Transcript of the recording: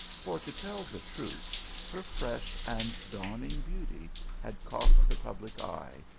for to tell the truth her fresh and dawn ing beauty had caught the public eye,